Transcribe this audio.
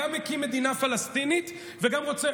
גם מקים מדינה פלסטינית וגם רוצה,